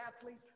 athlete